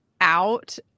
out